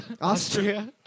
Austria